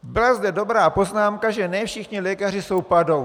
Byla zde dobrá poznámka, že ne všichni lékaři jsou padouši.